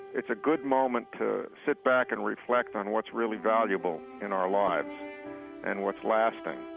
it's a good moment to sit back and reflect on what's really valuable in our lives and what's lasting.